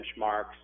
benchmarks